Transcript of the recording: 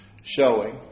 showing